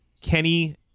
Kenny